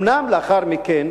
אומנם לאחר מכן